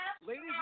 Ladies